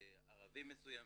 ערבים מסוימים,